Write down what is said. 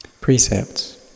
precepts